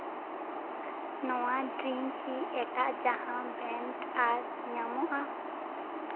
ᱱᱚᱣᱟ ᱰᱨᱤᱝᱠ ᱠᱤ ᱮᱴᱟᱜ ᱡᱟᱦᱟᱸ ᱵᱨᱮᱱᱰ ᱟᱨ ᱧᱟᱢᱚᱜᱼᱟ